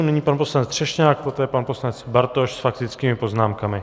Nyní pan poslanec Třešňák, poté pan poslanec Bartoš s faktickými poznámkami.